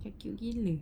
quite cute gila